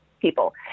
people